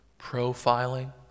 profiling